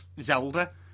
Zelda